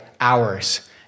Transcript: hours